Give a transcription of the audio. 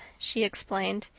she explained.